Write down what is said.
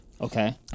Okay